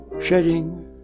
Shedding